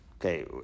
Okay